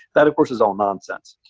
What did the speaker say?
that, of course, is all nonsense.